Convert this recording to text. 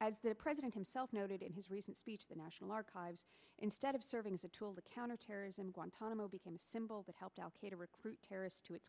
as the president himself noted in his recent speech the national archives instead of serving as a tool to counterterrorism guantanamo became a symbol that helped al qaeda recruit terrorists to it